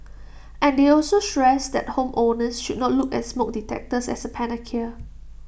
and they also stressed that home owners should not look at smoke detectors as A panacea